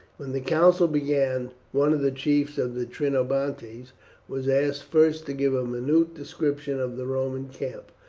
when the council began, one of the chiefs of the trinobantes was asked first to give a minute description of the roman camp.